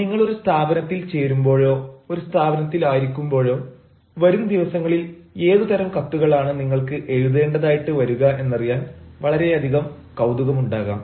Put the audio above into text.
നിങ്ങൾ ഒരു സ്ഥാപനത്തിൽ ചേരുമ്പോഴോ ഒരു സ്ഥാപനത്തിൽ ആയിരിക്കുമ്പോഴോ വരും ദിവസങ്ങളിൽ ഏതു തരം കത്തുകളാണ് നിങ്ങൾക്ക് എഴുതേണ്ടതായി വരുക എന്നറിയാൻ വളരെയധികം കൌതുകമുണ്ടാകാം